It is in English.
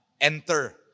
enter